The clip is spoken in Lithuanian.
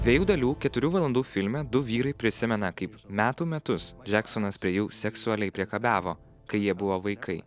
dviejų dalių keturių valandų filme du vyrai prisimena kaip metų metus džeksonas prie jų seksualiai priekabiavo kai jie buvo vaikai